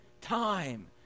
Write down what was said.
time